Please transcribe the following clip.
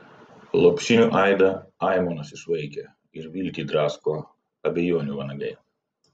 lopšinių aidą aimanos išvaikė ir viltį drasko abejonių vanagai